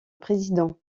président